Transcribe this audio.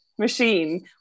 machine